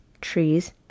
trees